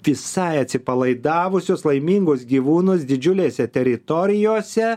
visai atsipalaidavusius laimingus gyvūnus didžiulėse teritorijose